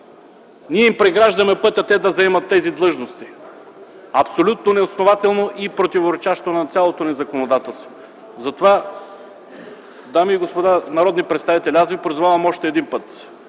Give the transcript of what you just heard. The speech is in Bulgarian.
ние им преграждаме пътя да заемат тези длъжности? Това е абсолютно неоснователно и противоречащо на цялото ни законодателство. Уважаеми дами и господа народни представители, затова ви призовавам още един път: